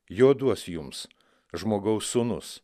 jo duos jums žmogaus sūnus